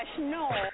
no